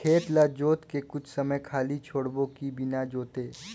खेत ल जोत के कुछ समय खाली छोड़बो कि बिना जोते?